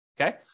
Okay